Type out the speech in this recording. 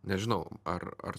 nežinau ar ar